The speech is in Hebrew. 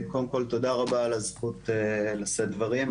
קודם כול, תודה רבה על הזכות לשאת דברים.